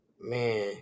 man